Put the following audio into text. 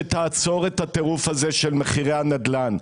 שתעצור את הטירוף של מחירי הנדל"ן.